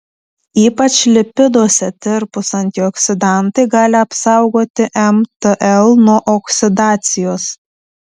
ypač lipiduose tirpūs antioksidantai gali apsaugoti mtl nuo oksidacijos